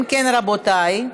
אם כן, רבותי,